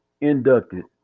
inducted